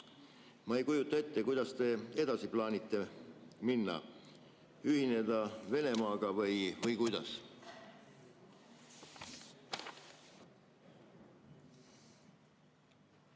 Ma ei kujuta ette, kuidas te edasi plaanite minna. Plaanite ühineda Venemaaga või kuidas?